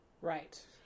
Right